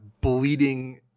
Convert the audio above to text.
bleeding